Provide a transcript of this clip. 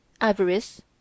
avarice